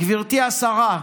גברתי השרה.